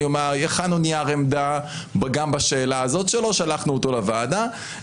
הכנו נייר עמדה גם בשאלה הזאת ולא שלחנו אותו לוועדה.